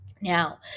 Now